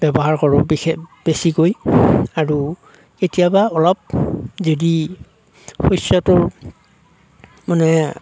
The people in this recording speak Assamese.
ব্যৱহাৰ কৰোঁ বিশেষ বেছিকৈ আৰু কেতিয়াবা অলপ যদি শস্যটোৰ মানে